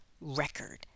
record